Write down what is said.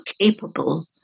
capable